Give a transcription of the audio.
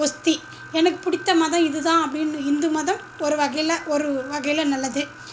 ஒஸ்தி எனக்கு பிடித்த மதம் இதுதான் அப்படினு இந்து மதம் ஒரு வகையில் ஒரு வகையில் நல்லது